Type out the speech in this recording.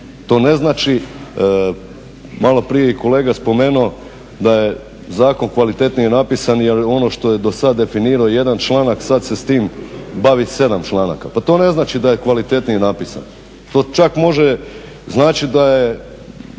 To ne znači, maloprije je i kolega spomenuo, da je zakon kvalitetnije napisan jer ono što je dosad definirao jedan članak sad se s tim bavi 7 članaka. Pa to ne znači da je kvalitetnije napisan. To čak može značiti da je